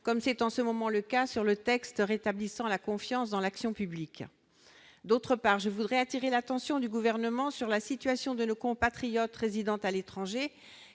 comme c'est en ce moment le cas sur le texte « rétablissant la confiance dans l'action publique ». De plus, je voudrais attirer l'attention du Gouvernement sur la situation de nos compatriotes résidant à l'étranger